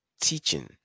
teaching